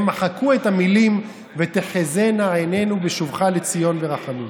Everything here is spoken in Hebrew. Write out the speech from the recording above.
הם מחקו את המילים "ותחזינה את עינינו בשובך לציון ברחמים".